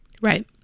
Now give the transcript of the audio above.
Right